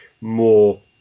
more